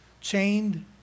chained